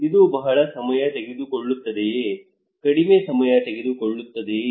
ಇದು ಬಹಳ ಸಮಯ ತೆಗೆದುಕೊಳ್ಳುತ್ತದೆಯೇ ಕಡಿಮೆ ಸಮಯ ತೆಗೆದುಕೊಳ್ಳುತ್ತದೆಯೇ